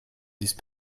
these